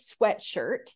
sweatshirt